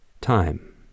time